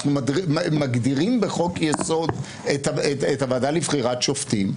אנחנו מגדירים בחוק-יסוד את הוועדה לבחירת שופטים,